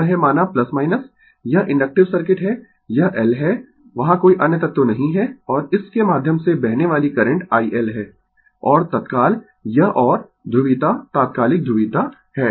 यह है माना यह इन्डक्टिव सर्किट है यह L है वहां कोई अन्य तत्व नहीं है और इस के माध्यम से बहने वाली करंट iL है और तत्काल यह और ध्रुवीयता तात्कालिक ध्रुवीयता है